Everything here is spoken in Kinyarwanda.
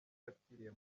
yapfiriye